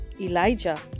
Elijah